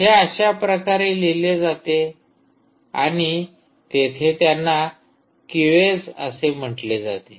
हे अशा प्रकारे लिहिले जाते आणि तेथे त्यांना क्यूएस असे म्हटले जाते